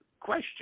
Question